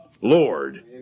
Lord